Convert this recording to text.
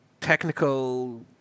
technical